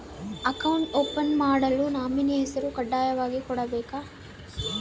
Account open ಮಾಡಲು nominee ಹೆಸರು ಕಡ್ಡಾಯವಾಗಿ ಕೊಡಬೇಕಾ?